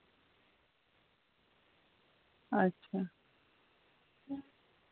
अच्छा